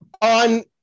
on